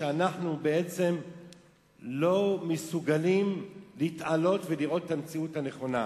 שאנחנו בעצם לא מסוגלים להתעלות ולראות את המציאות הנכונה.